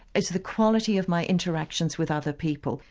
it's the quality of my interactions with other people.